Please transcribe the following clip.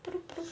bloop bloop